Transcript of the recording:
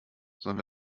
sollen